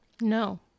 No